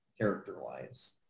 character-wise